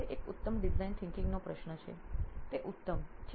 પૂછવા માટે એક ઉત્તમ ડિઝાઇન વિચારસરણીનો પ્રશ્ન છે તે ઉત્તમ